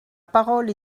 parole